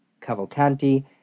Cavalcanti